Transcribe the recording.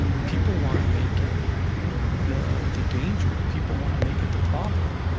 people want to make it the the danger. people want to make it the problem.